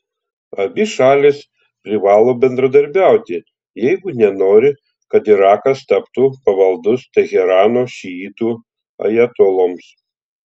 abi šalys privalo bendradarbiauti jeigu nenori kad irakas taptų pavaldus teherano šiitų ajatoloms